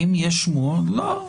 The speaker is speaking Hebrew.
לא.